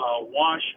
wash